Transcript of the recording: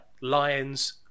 lions